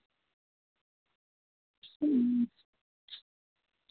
अं